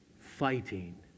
fighting